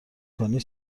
کنی